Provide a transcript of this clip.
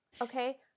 okay